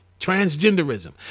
transgenderism